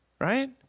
Right